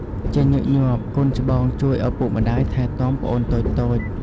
ជាញឹកញាប់ កូនច្បងជួយឪពុកម្តាយថែទាំប្អូនតូចៗ។